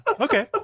Okay